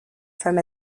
from